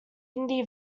hindi